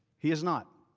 he is not.